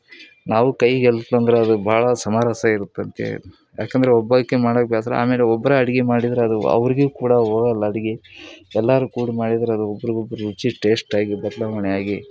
ನಾವು ಕೈಗೆ ಅಂದ್ರೆ ಅದು ಭಾಳ ಸಮರಸ ಇರುತ್ತಂತ ಹೇಳಿ ಏಕಂದ್ರೆ ಒಬ್ಬಾಕೆ ಮಾಡೋಕ್ಕೆ ಬೇಸ್ರ ಆಮೇಲೆ ಒಬ್ರು ಅಡ್ಗೆ ಮಾಡಿದ್ರೆ ಅದು ಅವ್ರಿಗೆ ಕೂಡ ಹೋಗಲ್ಲ ಅಡಿಗೆ ಎಲ್ಲರೂ ಕೂಡಿ ಮಾಡಿದ್ರೆ ಅದು ಒಬ್ಬರಿಗೊಬ್ರು ರುಚಿ ಟೇಸ್ಟಾಗಿ ಬದಲಾವಣೆ ಆಗಿ